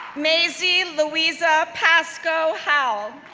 maisie louisa pascoe howell,